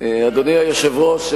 אדוני היושב-ראש,